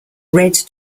red